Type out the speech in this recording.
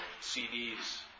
CDs